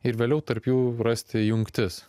ir vėliau tarp jų rasti jungtis